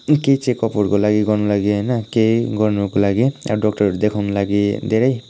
के के चेकअपहरूको लागि गर्नु लागि होइन केही गर्नुको लागि अब डक्टरहरू देखाउनु लागि धेरै